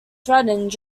threatened